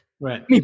Right